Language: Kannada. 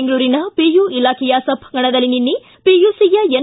ಬೆಂಗಳೂರಿನ ಪಿಯು ಇಲಾಖೆಯ ಸಭಾಂಗಣದಲ್ಲಿ ನಿನ್ನೆ ಪಿಯುಸಿಯ ಎನ್